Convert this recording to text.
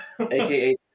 AKA